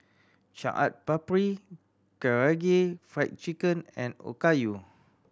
Chaat Papri Karaage Fried Chicken and Okayu